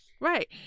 Right